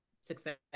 success